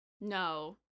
no